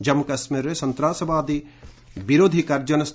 ଜାମ୍ମୁ କାଶ୍ମୀରରେ ସନ୍ତାସବାଦ ବିରୋଧୀ କାର୍ଯ୍ୟାନ୍ଷ୍